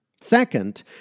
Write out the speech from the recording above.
Second